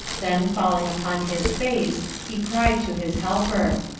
then falling upon his face, he cried to his helper.